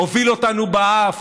הוביל אותנו באף,